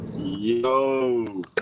Yo